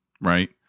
Right